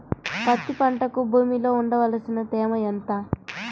పత్తి పంటకు భూమిలో ఉండవలసిన తేమ ఎంత?